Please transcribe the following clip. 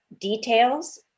details